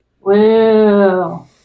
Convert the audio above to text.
Whoa